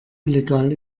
illegal